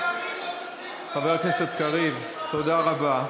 חבר הכנסת קריב, תודה רבה.